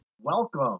Welcome